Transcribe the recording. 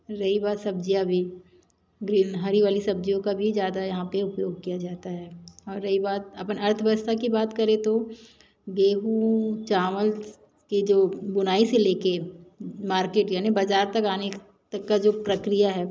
रही बात सब्ज़ियाँ भी हरी वाली सब्ज़ियों का भी जादा यहाँ पर उपयोग किया जाता है और रही बात अपन अर्थव्यवस्था की बात करें तो गेहूँ चावल के जो बुनाई से ले के मार्केट यानी बज़ार तक आने तक की जो प्रक्रिया है